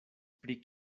pri